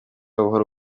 buhoro